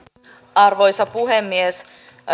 arvoisa puhemies